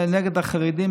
הקואליציוניים?